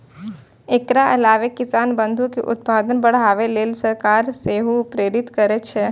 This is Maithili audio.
एकर अलावा किसान बंधु कें उत्पादन बढ़ाबै लेल सरकार सेहो प्रेरित करै छै